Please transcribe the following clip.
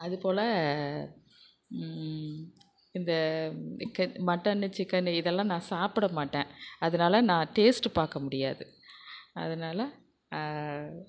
அதுபோல் இந்த கெ மட்டனு சிக்கனு இதல்லாம் நான் சாப்பிட மாட்டேன் அதனால நான் டேஸ்ட்டு பார்க்க முடியாது அதனால